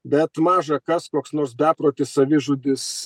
bet maža kas koks nors beprotis savižudis